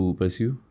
pursue